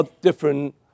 different